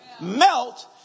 Melt